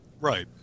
Right